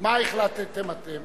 מה החלטתם אתם?